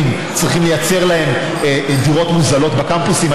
צריכים לייצר דירות מוזלות בקמפוסים.